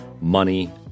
money